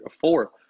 four